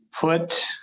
put